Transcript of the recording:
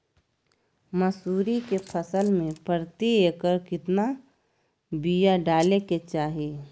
मसूरी के फसल में प्रति एकड़ केतना बिया डाले के चाही?